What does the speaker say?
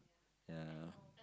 ya